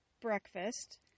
breakfast